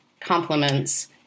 compliments